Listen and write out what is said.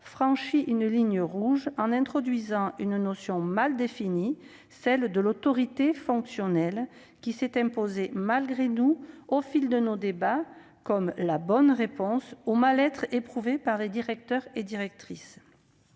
franchie l'introduction d'une notion mal définie, celle de l'autorité fonctionnelle, qui s'est imposée malgré nous, au fil de nos débats, comme la bonne réponse au mal-être éprouvé par les directrices et les directeurs.